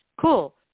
cool